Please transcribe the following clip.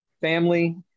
family